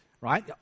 right